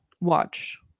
watch